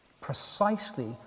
Precisely